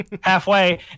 halfway